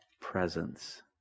presence